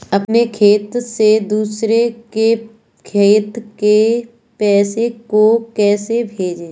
अपने खाते से दूसरे के खाते में पैसे को कैसे भेजे?